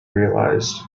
realized